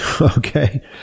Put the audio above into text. Okay